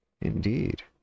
Indeed